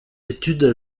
études